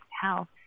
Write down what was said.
health